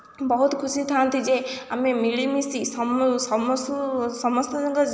ବହୁତ୍ ଖୁସିଥାନ୍ତି ଯେ ଆମେ ମିଳିମିଶି ସମସ୍ତେ